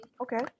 Okay